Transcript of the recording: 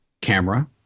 camera